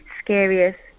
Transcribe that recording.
scariest